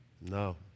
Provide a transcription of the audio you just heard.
No